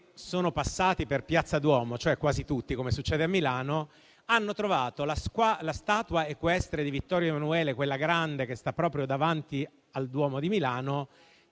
sono passati per piazza Duomo, cioè quasi tutti, come succede a Milano, hanno trovato la statua equestre di Vittorio Emanuele II, quella grande, che sta proprio davanti al Duomo di Milano,